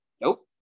nope